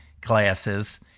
classes